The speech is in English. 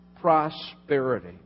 prosperity